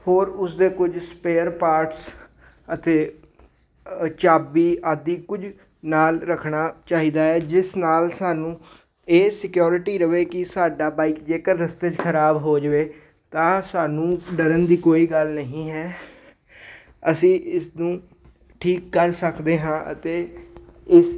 ਹੋਰ ਉਸਦੇ ਕੁਝ ਸਪੇਅਰ ਪਾਰਟਸ ਅਤੇ ਚਾਬੀ ਆਦਿ ਕੁਝ ਨਾਲ ਰੱਖਣਾ ਚਾਹੀਦਾ ਹੈ ਜਿਸ ਨਾਲ ਸਾਨੂੰ ਇਹ ਸਿਕਿਉਰਿਟੀ ਰਹੇ ਕਿ ਸਾਡੀ ਬਾਈਕ ਜੇਕਰ ਰਸਤੇ 'ਚ ਖਰਾਬ ਹੋ ਜਾਵੇ ਤਾਂ ਸਾਨੂੰ ਡਰਨ ਦੀ ਕੋਈ ਗੱਲ ਨਹੀਂ ਹੈ ਅਸੀਂ ਇਸ ਨੂੰ ਠੀਕ ਕਰ ਸਕਦੇ ਹਾਂ ਅਤੇ ਇਸ